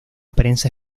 prensa